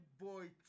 boy